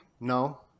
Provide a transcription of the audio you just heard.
No